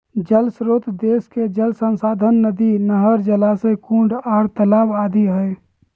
जल श्रोत देश के जल संसाधन नदी, नहर, जलाशय, कुंड आर तालाब आदि हई